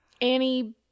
Annie